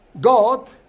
God